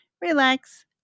relax